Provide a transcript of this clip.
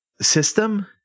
system